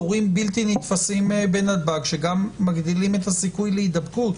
תמונות של תורים בלתי נתפסים בנתב"ג שגם מגדילים את הסיכוי להידבקות.